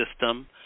system